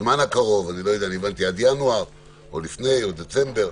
הבנתי עד ינואר או דצמבר,